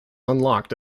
unlocked